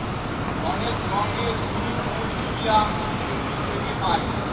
অনেক রঙের লিলি ফুল লিলিয়াম উদ্ভিদ থেকে পায়